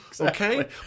okay